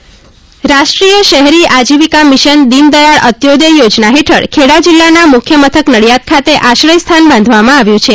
urban homeless રાષ્ટ્રીય શહેરી આજીવિકા મિશન દિનદયાળ અંત્યોદય યોજના હેઠળ ખેડા જિલ્લાના મુખ્ય મથક નડિયાદ ખાતે આશ્રય સ્થાન બાંધવામાં આવ્યું છે